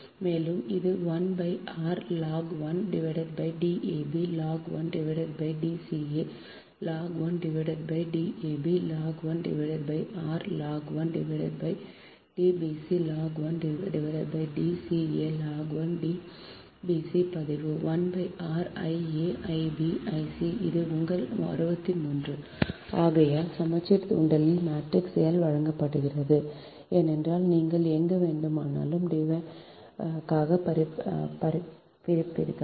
மேலும் இது 1 r log 1 D ab log 1 D ca log 1 D ab log 1 r log 1 D bc log 1 D ca log 1 D bc பதிவு 1 r I a I b I c இது உங்கள் 63 ஆகையால் சமச்சீர் தூண்டல் matrix L வழங்கப்படுகிறது ஏனென்றால் நீங்கள் எங்கு வேண்டுமானாலும் வகுப்பதற்காக பிரிப்பீர்கள்